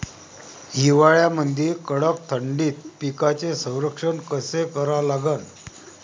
हिवाळ्यामंदी कडक थंडीत पिकाचे संरक्षण कसे करा लागन?